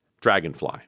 dragonfly